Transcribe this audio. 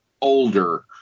older